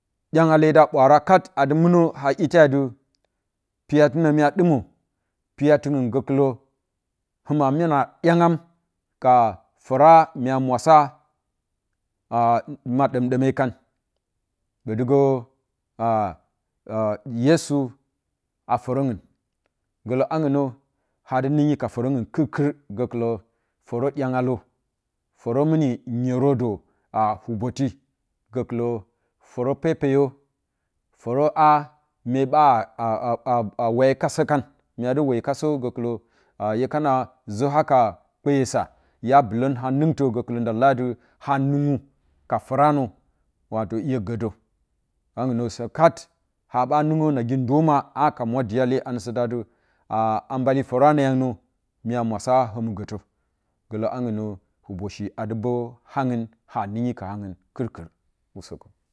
Dyangyaleda ɓwaara kat adɨ munə ha ite adɨ piyatɨ nə mya ɗima piyatiung gəkɨla hɨma mana dyaam ka fora mya mwasaa ma ɗomɗo me kan ɓatigə yesu a fora ungu gələnungnə hyadiningui ka foraungu kɨrkɨr forə dyanga le foro mɨni nyerə də a hubotɨ gəkɨ lə forə pepeyə forə a hyeba we kasə kan mya dɨ wakasə gəkɨlə a hyekana zə ha ka kpeyəsa ya bɨlən hantugtə gəkɨlə nda leyatɨ ha nungy ka fora nə wato hye gədə avengu nə sə kat ha ɓa nunguə nagi dəma aka mwa diyale anə satatɨ aa mbali foranə yangnə mya murasə hə mogəta gələaungnə hubashi adɨ mbo haungu ha ningyi ka aungu kɨr kɨr usəkə.